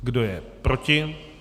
Kdo je proti?